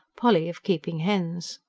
polly of keeping hens.